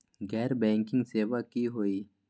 गैर बैंकिंग सेवा की होई?